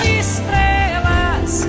estrelas